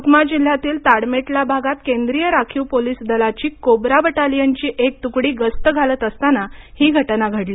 सुकमा जिल्ह्यातील ताडमेटला भागात केंद्रीय राखीव पोलिस दलाची कोब्रा बटालियनची एक तुकडी गस्त घालत असताना ही घटना घडली